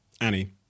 Annie